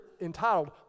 entitled